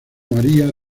maria